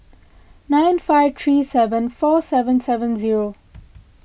nine five three seven four seven seven zero